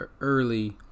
early